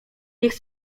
nich